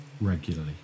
regularly